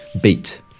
beat